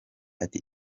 ati